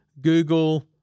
Google